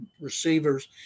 receivers